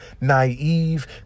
naive